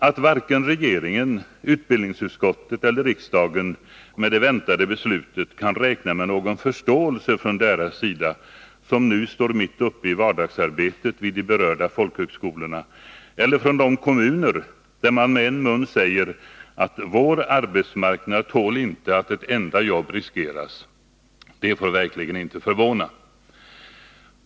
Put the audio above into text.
Att varken regeringen, utbildningsutskottet eller riksdagen med det väntade beslutet kan räkna med någon förståelse från dem som nu står mitt uppe i vardagsarbetet vid de berörda folkhögskolorna eller från de kommuner där man med en mun säger att arbetsmarknaden i kommunen inte tål att ett enda jobb riskeras — det får verkligen inte förvåna.